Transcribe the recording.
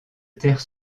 terre